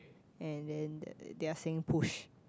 and then they they are saying push